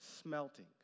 smelting